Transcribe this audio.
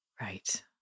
Right